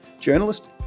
journalist